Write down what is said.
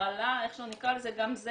ההרעלה גם זה